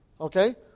okay